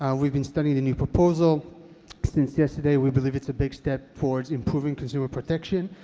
ah we've been studying the new proposal since yesterday. we believe it's a big step towards improving consumer protection.